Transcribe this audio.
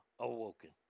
awoken